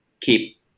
Keep